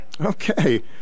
Okay